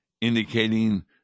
indicating